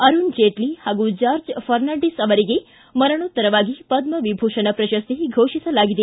ಅರುಣ್ ಜೇಟ್ನ ಹಾಗೂ ಜಾರ್ಜ್ ಫರ್ನಾಂಡೀಸ್ ಅವರಿಗೆ ಮರಣೋತ್ತರವಾಗಿ ಪದ್ಮವಿಭೂಷಣ ಪ್ರಶಸ್ತಿ ಘೋಷಿಸಲಾಗಿದೆ